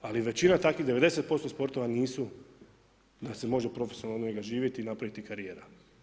Ali većina takvih 90% sportova nisu da se može profesionalno živjeti i napraviti karijera.